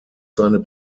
seine